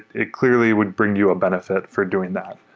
it clearly would bring you a benefit for doing that.